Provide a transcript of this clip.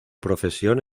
profesión